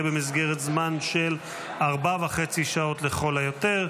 במסגרת זמן של ארבע וחצי שעות לכל היותר.